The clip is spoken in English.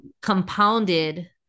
compounded